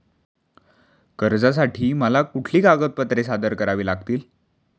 कर्जासाठी मला कुठली कागदपत्रे सादर करावी लागतील?